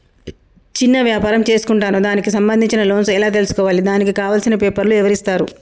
చిన్న వ్యాపారం చేసుకుంటాను దానికి సంబంధించిన లోన్స్ ఎలా తెలుసుకోవాలి దానికి కావాల్సిన పేపర్లు ఎవరిస్తారు?